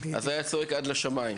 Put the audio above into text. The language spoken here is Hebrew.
הוא היה צועק עד השמים,